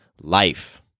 life